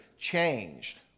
changed